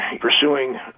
pursuing